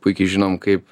puikiai žinom kaip